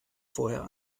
vorher